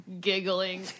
giggling